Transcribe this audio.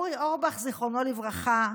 אורי אורבך, זיכרונו לברכה,